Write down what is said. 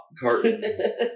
Carton